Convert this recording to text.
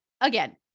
again